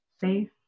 safe